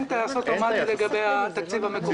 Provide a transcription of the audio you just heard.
אין טייס אוטומטי לגבי התקציב המקורי.